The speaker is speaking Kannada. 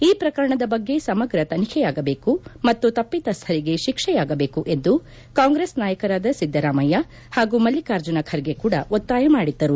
ಈ ಪ್ರಕರಣದ ಬಗ್ಗೆ ಸಮಗ್ರ ತನಿಖೆಯಾಗಬೇಕು ಮತ್ತು ತಪ್ಪಿಸ್ಥರಿಗೆ ಶಿಕ್ಷೆಯಾಗಬೇಕು ಎಂದು ಕಾಂಗ್ರೆಸ್ ನಾಯಕರಾದ ಸಿದ್ದರಾಮಯ್ಯ ಹಾಗೂ ಮಲ್ಲಿಕಾರ್ಜುನ ಖರ್ಗೆ ಕೂಡ ಒತ್ತಾಯ ಮಾಡಿದ್ದರು